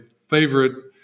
favorite